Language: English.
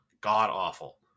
god-awful